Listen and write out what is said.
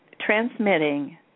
transmitting